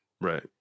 right